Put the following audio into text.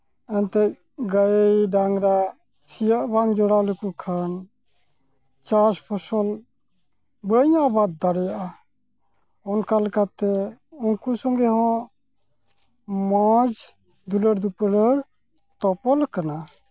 ᱮᱱᱛᱮᱫ ᱜᱟᱹᱭ ᱰᱟᱝᱨᱟ ᱥᱤᱭᱳᱜ ᱵᱟᱢ ᱡᱚᱲᱟᱣ ᱞᱮᱠᱚ ᱠᱷᱟᱱ ᱪᱟᱥ ᱯᱷᱚᱥᱚᱞ ᱵᱟᱹᱧ ᱟᱵᱟᱫᱽ ᱫᱟᱲᱮᱭᱟᱜᱼᱟ ᱚᱱᱠᱟ ᱞᱮᱠᱟᱛᱮ ᱩᱱᱠᱩ ᱥᱚᱸᱜᱮ ᱦᱚᱸ ᱢᱚᱡᱽ ᱫᱩᱞᱟᱹᱲᱼᱫᱩᱯᱞᱟᱹᱲ ᱛᱚᱯᱚᱞᱟᱠᱟᱱᱟ